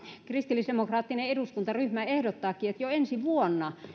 kristillisdemokraattinen eduskuntaryhmä ehdottaakin että jo ensi vuonna